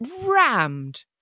rammed